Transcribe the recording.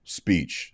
speech